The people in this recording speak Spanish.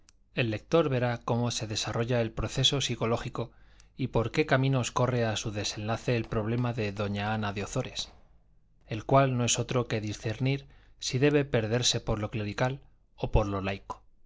el lector verá cómo se desarrolla el proceso psicológico y por qué caminos corre a su desenlace el problema de doña ana de ozores el cual no es otro que discernir si debe perderse por lo clerical o por lo laico